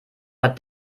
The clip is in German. war